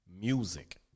music